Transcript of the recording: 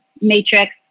matrix